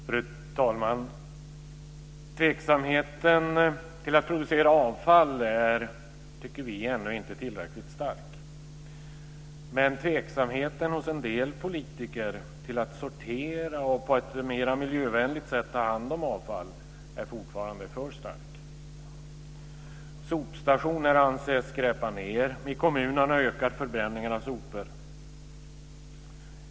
Fru talman! Tveksamheten till att producera avfall är, tycker vi, ännu inte tillräckligt stark. Men tveksamheten hos en del politiker till att sortera och på ett mer miljövänligt sätt ta hand om avfall är fortfarande för stark. Sopstationer anses skräpa ned. I kommunerna ökar förbränningen av sopor.